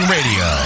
Radio